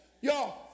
Y'all